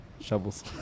Shovels